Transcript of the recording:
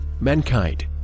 Mankind